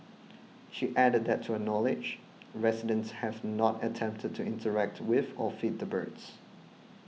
she added that to her knowledge residents have not attempted to interact with or feed the birds